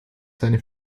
seine